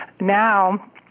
now